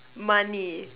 money